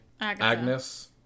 Agnes